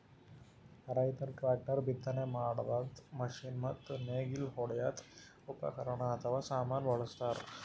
ರೈತರ್ ಟ್ರ್ಯಾಕ್ಟರ್, ಬಿತ್ತನೆ ಮಾಡದ್ದ್ ಮಷಿನ್ ಮತ್ತ್ ನೇಗಿಲ್ ಹೊಡ್ಯದ್ ಉಪಕರಣ್ ಅಥವಾ ಸಾಮಾನ್ ಬಳಸ್ತಾರ್